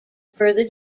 further